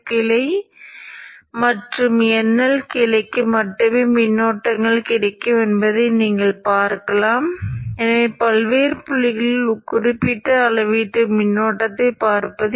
Vq on ஆக இருக்கும் போது வெறும் நிலை வீழ்ச்சியாகும்